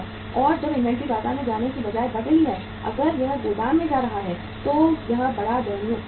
और जब इन्वेंट्री बाजार में जाने के बजाय बढ़ रही है अगर यह गोदाम में जा रहा है तो यह बहुत दयनीय स्थिति है